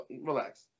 Relax